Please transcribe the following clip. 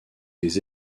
des